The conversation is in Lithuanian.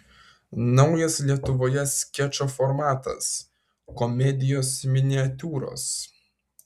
naujas lietuvoje skečo formatas komedijos miniatiūros